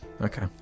Okay